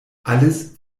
alles